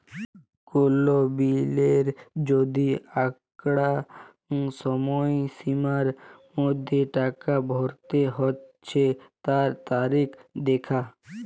কোল বিলের যদি আঁকটা সময়সীমার মধ্যে টাকা ভরতে হচ্যে তার তারিখ দ্যাখা